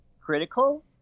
critical